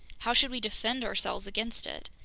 how should we defend ourselves against it?